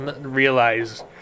realize